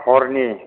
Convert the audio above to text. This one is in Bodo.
हरनि